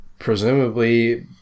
presumably